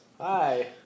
Hi